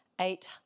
Eight